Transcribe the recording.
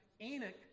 Enoch